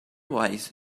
wise